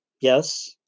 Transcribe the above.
yes